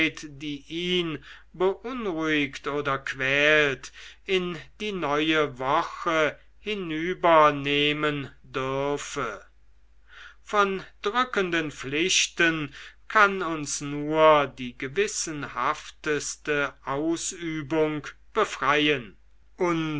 ihn beunruhigt oder quält in die neue woche hinübernehmen dürfe von drückenden pflichten kann uns nur die gewissenhafteste ausübung befreien